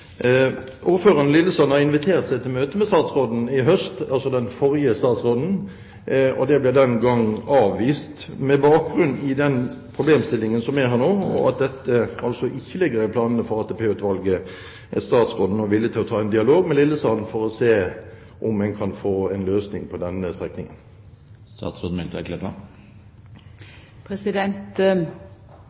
Ordføreren i Lillesand inviterte seg til et møte med statsråden i høst – altså den forrige statsråden – og det ble den gang avvist med bakgrunn i den problemstillingen som er her nå, og at dette ikke ligger i planene for ATP-utvalget. Er statsråden nå villig til å ta en dialog med ordføreren i Lillesand for å se om en kan få en løsning på denne strekningen?